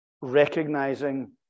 recognizing